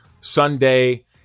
Sunday